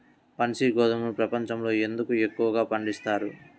బన్సీ గోధుమను ప్రపంచంలో ఎందుకు ఎక్కువగా పండిస్తారు?